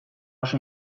oso